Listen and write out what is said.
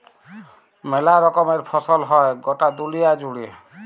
মেলা রকমের ফসল হ্যয় গটা দুলিয়া জুড়ে